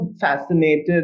fascinated